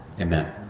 Amen